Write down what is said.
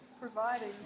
Providing